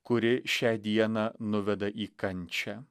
kuri šią dieną nuveda į kančią